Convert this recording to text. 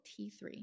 T3